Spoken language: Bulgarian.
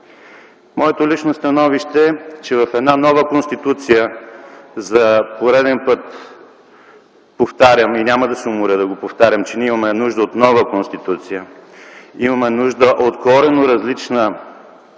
Моето лично становище е, че в една нова Конституция - за пореден път повтарям и няма да се уморя да го повтарям, че ние имаме нужда от нова Конституция, имаме нужда от коренно различна